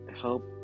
help